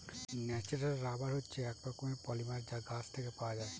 natural rubber হচ্ছে এক রকমের পলিমার যা গাছ থেকে পাওয়া যায়